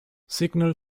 signal